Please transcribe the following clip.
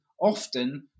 often